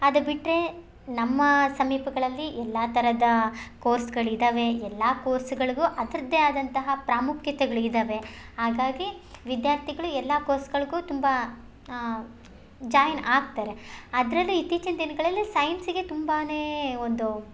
ಅದು ಬಿಟ್ಟರೇ ನಮ್ಮ ಸಮೀಪಗಳಲ್ಲಿ ಎಲ್ಲ ಥರದಾ ಕೋರ್ಸ್ಗಳು ಇದ್ದಾವೆ ಎಲ್ಲ ಕೋರ್ಸ್ಗಳಿಗೂ ಅದರದ್ದೆ ಆದಂತಹ ಪ್ರಾಮುಖ್ಯತೆಗಳ್ ಇದ್ದಾವೆ ಹಾಗಾಗಿ ವಿದ್ಯಾರ್ಥಿಗಳು ಎಲ್ಲ ಕೋರ್ಸ್ಗಳಿಗೂ ತುಂಬ ಜಾಯಿನ್ ಆಗ್ತಾರೆ ಅದರಲ್ಲು ಇತ್ತೀಚಿನ ದಿನಗಳಲ್ಲಿ ಸೈನ್ಸಿಗೆ ತುಂಬಾ ಒಂದೂ